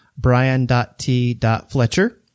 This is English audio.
brian.t.fletcher